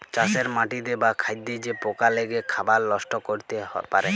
চাষের মাটিতে বা খাদ্যে যে পকা লেগে খাবার লষ্ট ক্যরতে পারে